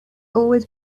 always